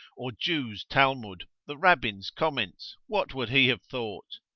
or jews' talmud, the rabbins' comments, what would he have thought?